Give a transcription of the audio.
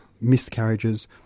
miscarriages